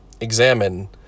examine